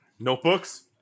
Notebooks